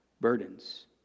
burdens